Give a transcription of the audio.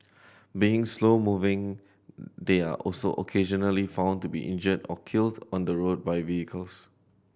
being slow moving they are also occasionally found to be injured or killed on the road by vehicles